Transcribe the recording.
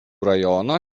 rajono